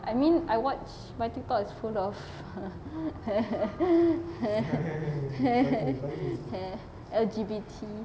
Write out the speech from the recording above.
I mean I watch my TikTok is full of L_G_B_T